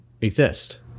exist